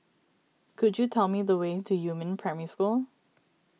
could you tell me the way to Yumin Primary School